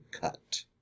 cut